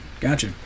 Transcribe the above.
gotcha